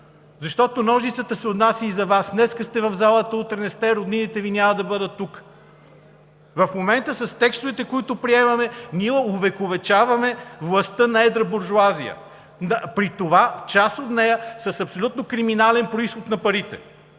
Защото ножицата се отнася и за Вас. Днес сте в залата, утре не сте, роднините Ви няма да бъдат тук. В момента с текстовете, които приемаме, ние увековечаваме властта на едрата буржоазия, при това част от нея – с абсолютно криминален произход на парите.